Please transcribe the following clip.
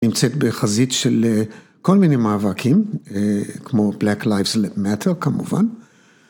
נמצאת בחזית של כל מיני מאבקים, כמו Black Lives Matter כמובן.